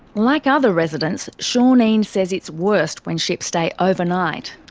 like other residents, seaneen says it's worst when ships stay overnight.